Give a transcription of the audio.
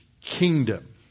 Kingdom